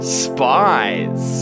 spies